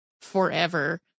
forever